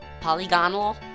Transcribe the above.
polygonal